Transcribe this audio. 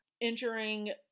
injuring